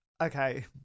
Okay